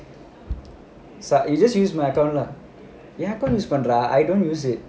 so you just use my account leh என்:en account use பண்றா:pandraa I don't use it